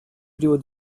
privo